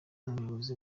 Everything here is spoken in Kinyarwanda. umuyobozi